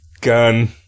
gun